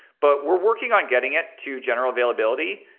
but we're working on getting it to general availability.